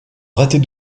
ratée